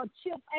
chip